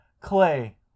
Clay